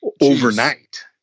overnight